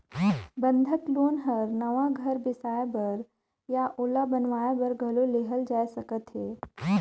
बंधक लोन हर नवा घर बेसाए बर या ओला बनावाये बर घलो लेहल जाय सकथे